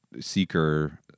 seeker